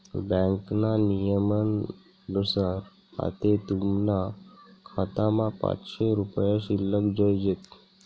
ब्यांकना नियमनुसार आते तुमना खातामा पाचशे रुपया शिल्लक जोयजेत